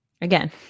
Again